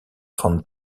von